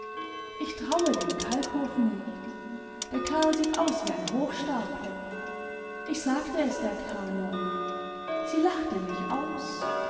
ich traue dem kalkow nicht der kerl sieht aus wie ein hochstapler ich sagte es der k neulich sie lachte mich aus